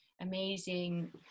amazing